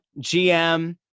GM